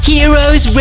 Heroes